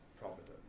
providence